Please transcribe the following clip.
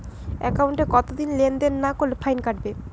একাউন্টে কতদিন লেনদেন না করলে ফাইন কাটবে?